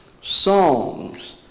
songs